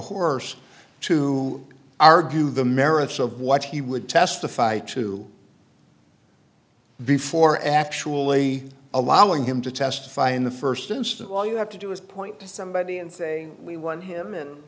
horse to argue the merits of what he would testify to before actually allowing him to testify in the first instance all you have to do is point to somebody and say we won him